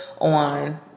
on